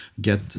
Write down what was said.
get